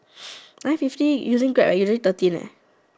nine fifty using Grab eh you say thirteen leh